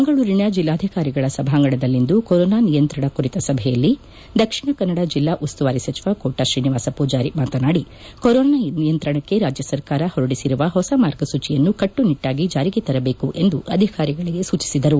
ಮಂಗಳೂರಿನ ಜಿಲ್ಲಾಧಿಕಾರಿಗಳ ಸಭಾಂಗಣದಲ್ಲಿಂದು ಕೊರೋನ ನಿಯಂತ್ರಣ ಕುರಿತ ಸಭೆಯಲ್ಲಿ ದಕ್ಷಿಣ ಕನ್ನಡ ಜಿಲ್ಲಾ ಉಸ್ತುವಾರಿ ಸಚಿವ ಕೋಟ ತ್ರೀನಿವಾಸ ಪೂಜಾರಿ ಮಾತನಾಡಿ ಕೊರೋನ ನಿಯಂತ್ರಣಕ್ಕೆ ರಾಜ್ಯ ಸರ್ಕಾರ ಹೊರಡಿಸಿರುವ ಹೊಸ ಮಾರ್ಗಸೂಚಿಯನ್ನು ಕಟ್ಪುನಿಟ್ಟಾಗಿ ಜಾರಿಗೆ ತರಬೇಕು ಎಂದು ಅಧಿಕಾರಿಗಳಗೆ ಸೂಚಿಸಿದರು